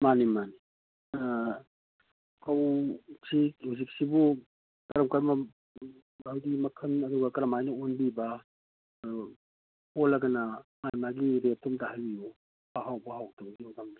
ꯃꯥꯟꯅꯤ ꯃꯥꯟꯅꯤ ꯑꯥ ꯐꯧꯁꯤ ꯍꯧꯖꯤꯛꯁꯤꯕꯨ ꯀꯔꯝ ꯀꯔꯝꯕ ꯍꯥꯏꯗꯤ ꯃꯈꯜ ꯑꯗꯨꯒ ꯀꯔꯝꯃꯥꯏꯅ ꯑꯣꯟꯕꯤꯕ ꯑꯣꯜꯂꯒꯅ ꯃꯥꯒꯤ ꯃꯥꯒꯤ ꯔꯦꯠꯇꯨ ꯑꯝꯇ ꯍꯥꯏꯕꯤꯎ ꯄꯍꯥꯎ ꯄꯍꯥꯎ ꯇꯧꯕꯒꯤ ꯃꯇꯥꯡꯗ